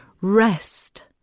Rest